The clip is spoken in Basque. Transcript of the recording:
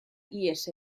ihes